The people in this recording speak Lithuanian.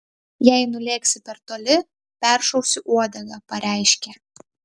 jei nulėksi per toli peršausiu uodegą pareiškė